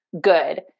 good